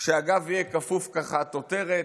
כש"הגב יהיה כפוף כחטוטרת,